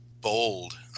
bold